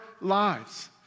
lives